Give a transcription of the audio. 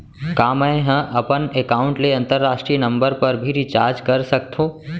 का मै ह अपन एकाउंट ले अंतरराष्ट्रीय नंबर पर भी रिचार्ज कर सकथो